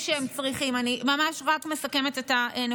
חברת הכנסת גוטליב.